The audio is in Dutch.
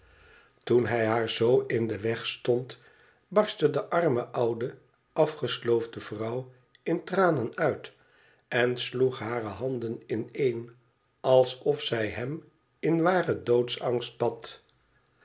toen hij haar zoo in den weg stond barstte de arme oudeafgesloofde vrouw in tranen uiten sloeg nare handen ineen alsofzij hem in waren doodsangst